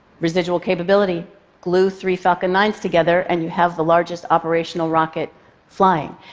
residual capability glue three falcon nine s together and you have the largest operational rocket flying.